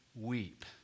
weep